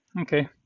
okay